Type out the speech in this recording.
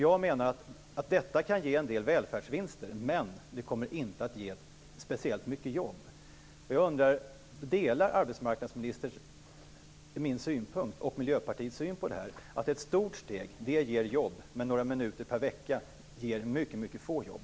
Jag menar att detta kan ge en del välfärdsvinster, men det kommer inte att ge speciellt många jobb. Delar arbetsmarknadsministern min och Miljöpartiets syn på detta, att ett stort steg ger jobb men att några minuter per vecka ger mycket få jobb?